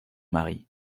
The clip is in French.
mari